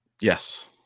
Yes